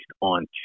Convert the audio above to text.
on